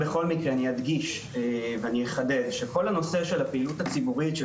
אני אדגיש ואני אחדד שכל הנושא של הפעילות הציבורית של